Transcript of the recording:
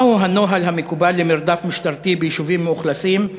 1. מה הוא הנוהל המקובל למרדף משטרתי ביישובים מאוכלסים?